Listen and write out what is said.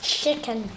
chicken